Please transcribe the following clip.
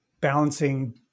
balancing